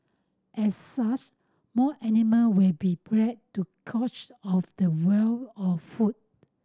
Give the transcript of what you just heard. as such more animal will be bred to coach of the wild of food